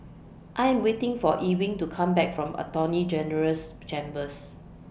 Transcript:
I Am waiting For Ewing to Come Back from Attorney General's Chambers